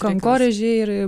kankorėžiai ir